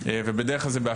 זה מה